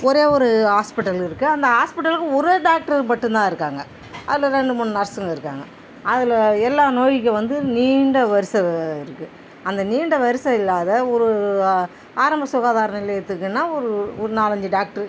ஒரே ஒரு ஹாஸ்பிட்டல் இருக்குது அந்த ஹாஸ்பிட்டலுக்கு ஒரே டாக்ட்ரு மட்டும் தான் இருக்காங்கள் அதில் இரண்டு மூன்று நர்ஸுங்க இருக்காங்கள் அதில் எல்லா நோய்க்கும் வந்து நீண்ட வரிசை இருக்கும் அந்த நீண்ட வரிசை இல்லாத ஒரு ஆரம்ப சுகாதார நிலையத்துக்குனா ஒரு ஒரு நாலஞ்சு டாக்ட்ர்